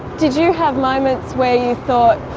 did you have moments where you thought,